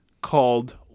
called